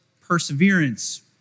perseverance